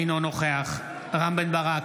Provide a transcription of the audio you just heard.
אינו נוכח רם בן ברק,